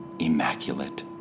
immaculate